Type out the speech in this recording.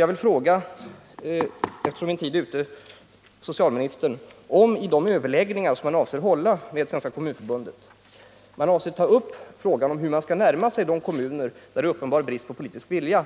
Jag vill, eftersom min talartid är slut, fråga socialministern om han i de överläggningar, som han avser att hålla med Svenska kommunförbundet, ämnar föra in frågan om hur man skall närma sig de kommuner, där politisk vilja